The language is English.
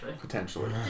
potentially